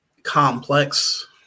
Complex